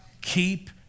Keep